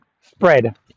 spread